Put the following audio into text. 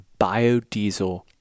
biodiesel